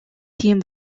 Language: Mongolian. тийм